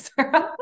Sarah